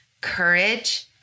courage